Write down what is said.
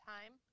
Time